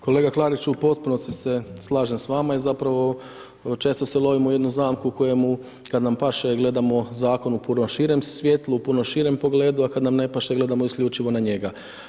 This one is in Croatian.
Kolega Klariću u potpunosti se slažem s vama i zapravo često se lovimo u jednu zamku u kojemu kad nam paše gledamo zakon u puno širem svjetlu, u puno širem pogledu, a kad nam ne paše gledamo isključivo na njega.